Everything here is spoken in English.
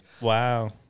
Wow